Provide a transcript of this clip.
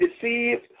deceived